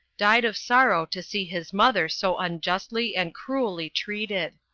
died of sorrow to see his mother so unjustly and cruelly treated.